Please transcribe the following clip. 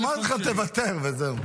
נו, אמרתי לך, תוותר וזהו.